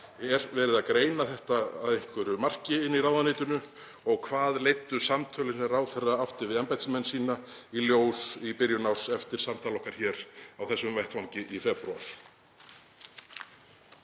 Er verið að greina þetta að einhverju marki inn í ráðuneytinu og hvað leiddu samtölin sem ráðherra átti við embættismenn sína í ljós í byrjun árs eftir samtal okkar hér á þessum vettvangi í febrúar?